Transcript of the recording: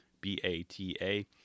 b-a-t-a